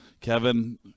Kevin